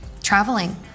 traveling